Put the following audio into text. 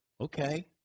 okay